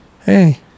hey